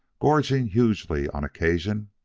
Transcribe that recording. gorging hugely on occasion,